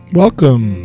welcome